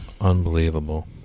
Unbelievable